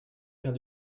faire